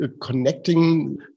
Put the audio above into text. connecting